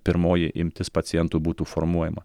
pirmoji imtis pacientų būtų formuojama